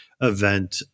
event